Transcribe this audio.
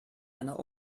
einer